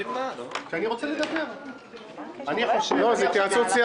(הישיבה נפסקה בשעה 11:10 ונתחדשה בשעה 11:15.) אני מחדש את הישיבה.